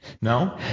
No